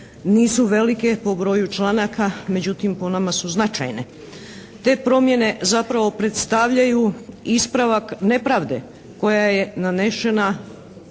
nisu velike po broju članaka, međutim po nama su značajne. Te promjene zapravo predstavljaju ispravak nepravde koja je nanešena